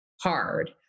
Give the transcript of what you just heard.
hard